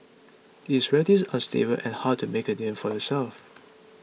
it's relatively unstable and hard to make a name for yourself